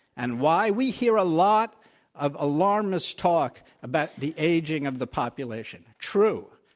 and why we hear a lot of alarmist talk about the aging of the population, true,